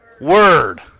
Word